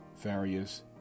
various